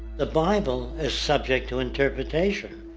the bible is subject to interpretation.